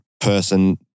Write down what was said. person